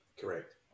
Correct